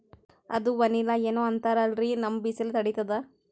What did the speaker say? ಅದು ವನಿಲಾ ಏನೋ ಅಂತಾರಲ್ರೀ, ನಮ್ ಬಿಸಿಲ ತಡೀತದಾ?